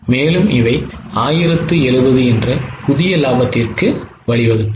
மேலும் இவை 1070 என்ற புதிய லாபத்திற்கு வழிவகுத்தது